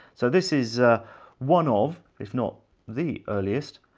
so, this is one of, if not the earliest,